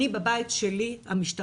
אני בבית שלי-המשטרה,